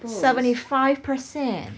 seventy-five percent